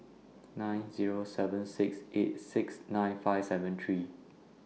nine Zero seven six eight six nine five seven three